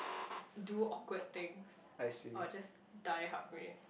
do awkward things or just die halfway